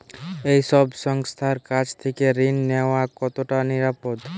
এই সব সংস্থার কাছ থেকে ঋণ নেওয়া কতটা নিরাপদ?